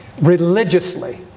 religiously